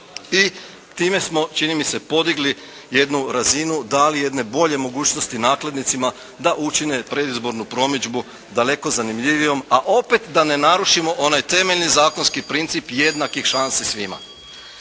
i time smo čini mi se podigli jednu razinu, dali jedne bolje mogućnosti nakladnicima da učine predizbornu promidžbu daleko zanimljiviju, a opet da ne narušimo onaj temeljni zakonski princip jednakih šansi svima.